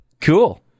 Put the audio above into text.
Cool